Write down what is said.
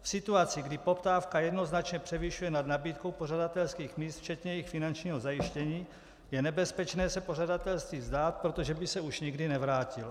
V situaci, kdy poptávka jednoznačně převyšuje nad nabídkou pořadatelských míst včetně jejich finančního zajištění, je nebezpečné se pořadatelství vzdát, protože by se už nikdy nevrátilo.